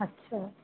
अछा